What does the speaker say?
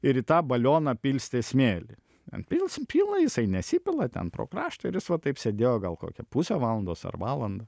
ir į tą balioną pilstė smėlį ten pils pila jisai nesipila ten pro kraštą ir va taip sėdėjo gal kokią pusę valandos ar valandą